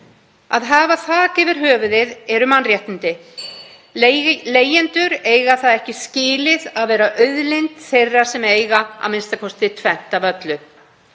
Að hafa þak yfir höfuðið eru mannréttindi. Leigjendur eiga það ekki skilið að vera auðlind þeirra sem eiga a.m.k. tvennt af öllu.